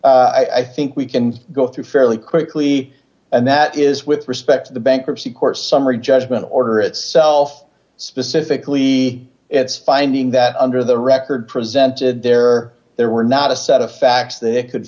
one i think we can go through fairly quickly and that is with respect to the bankruptcy court summary judgment order itself specifically it's finding that under the record presented there there were not a set of facts that they could